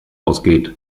ausgeht